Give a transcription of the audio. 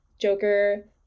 Joker